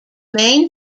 main